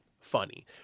funny